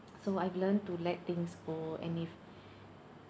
so I've learned to let things go and if